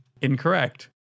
incorrect